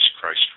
Christ